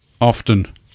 Often